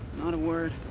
not a word.